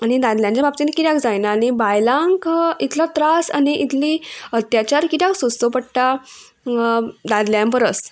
आनी दादल्यांच्या बाबतींत कित्याक जायना आनी बायलांक इतलो त्रास आनी इतली अत्याचार कित्याक सोंसचो पडटा दादल्यां परस